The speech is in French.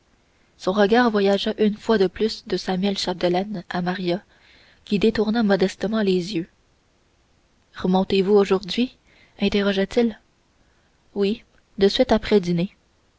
son regard voyagea une fois de plus de samuel chapdelaine à maria qui détourna modestement les yeux remontez vous aujourd'hui interrogea-t-il oui de suite après dîner